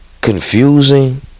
confusing